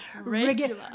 Regular